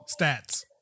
stats